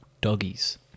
Doggies